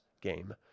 game